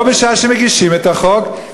לא בשעה שמגישים את החוק,